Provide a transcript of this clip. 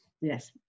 yes